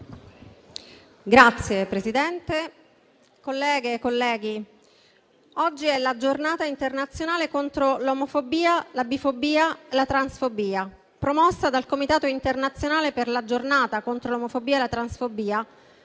Signor Presidente, colleghe e colleghi, oggi è la Giornata internazionale contro l'omofobia, la bifobia e la transfobia. Promossa dal comitato internazionale per la Giornata contro l'omofobia e la transfobia,